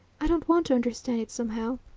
i don't want to understand it somehow.